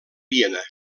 viena